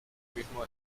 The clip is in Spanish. mismo